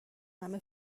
همه